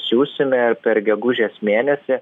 siųsime per gegužės mėnesį